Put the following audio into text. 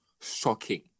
shocking